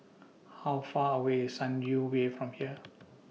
How Far away IS Sunview Way from here